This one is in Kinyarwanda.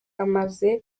maze